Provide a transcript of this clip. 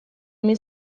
min